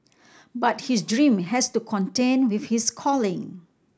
but his dream has to contend with his calling